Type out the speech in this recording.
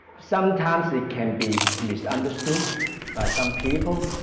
sometimes it can be misunderstood by some people